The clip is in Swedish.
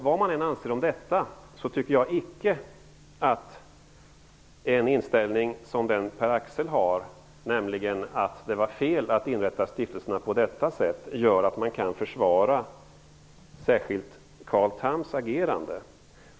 Vad man än anser om detta, tycker jag icke att en inställning som den som Pär-Axel Sahlberg har, nämligen att det var fel att inrätta stiftelserna på detta sätt, gör att man kan försvara särskilt Carl Thams agerande.